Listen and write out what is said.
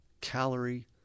calorie